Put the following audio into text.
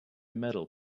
metal